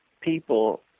people